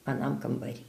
anam kambary